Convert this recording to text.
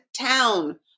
town